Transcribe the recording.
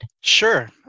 Sure